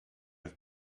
have